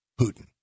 Putin